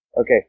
Okay